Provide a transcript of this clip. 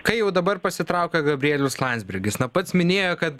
kai jau dabar pasitraukia gabrielius landsbergis na pats minėjo kad